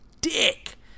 dick